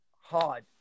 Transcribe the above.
hard